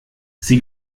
sie